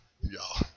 y'all